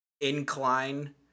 incline